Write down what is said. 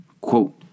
Quote